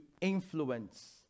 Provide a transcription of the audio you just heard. influence